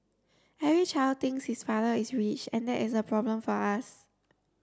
every child thinks his father is rich and that is a problem for us